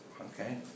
okay